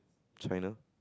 China